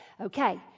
okay